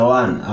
one